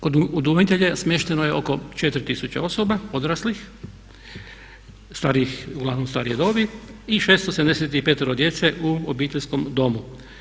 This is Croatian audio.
Kod udomitelja smješteno je oko 4000 osoba odraslih, starijih, uglavnom starije dobi i 675 djece u obiteljskom domu.